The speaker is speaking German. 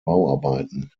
bauarbeiten